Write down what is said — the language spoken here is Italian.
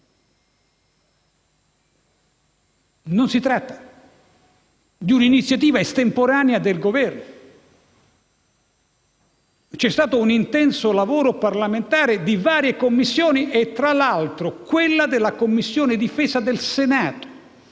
Non si tratta di una iniziativa estemporanea del Governo. C'è stato un intenso lavoro parlamentare di varie Commissioni, tra cui la Commissione difesa del Senato,